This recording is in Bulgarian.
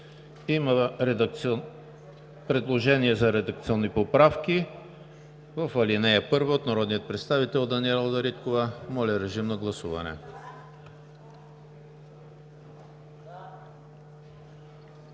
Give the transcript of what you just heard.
има предложение за редакционни поправки в ал. 1 от народния представител Даниела Дариткова. Моля, режим на гласуване.